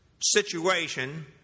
situation